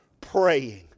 praying